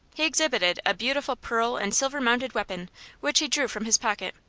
he exhibited a beautiful pearl and silver-mounted weapon which he drew from his pocket.